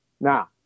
Now